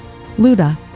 Luda